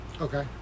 Okay